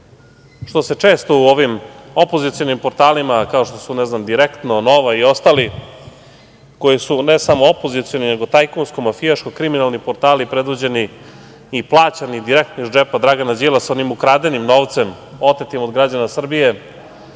što se često u ovim opozicionim portalima, kao što su, ne znam, „Direktno“, „Nova“ i ostali, koji su ne samo opozicioni, nego tajkunsko-mafijaško-kriminalni portali, predvođeni i plaćani direktno iz džepa Dragana Đilasa, onim ukradenim novcem, otetim od građana Srbije,